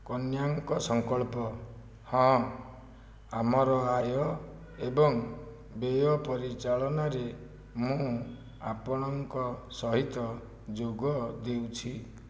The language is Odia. କନ୍ୟାଙ୍କ ସଙ୍କଳ୍ପ ହଁ ଆମର ଆୟ ଏବଂ ବ୍ୟୟ ପରିଚାଳନାରେ ମୁଁ ଆପଣଙ୍କ ସହିତ ଯୋଗ ଦେଉଛି